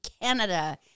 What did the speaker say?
Canada